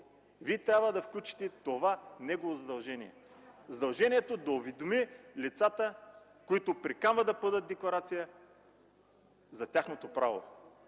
Вие трябва да включите това негово задължение – да уведоми лицата, които приканва да подадат декларация за тяхното право.